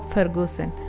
Ferguson